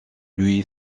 lui